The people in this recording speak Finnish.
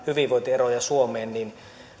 eroja suomeen niin